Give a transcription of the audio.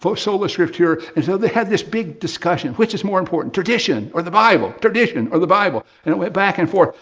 so sola scriptura. and so, they had this big discussion, which is more important, tradition or the bible? tradition or the bible? and it went back and forth,